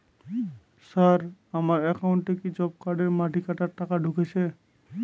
Sir আমার একাউন্টে কি জব কার্ডের মাটি কাটার টাকা ঢুকেছে?